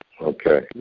Okay